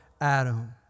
Adam